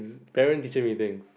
parent teaching meetings